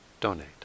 donate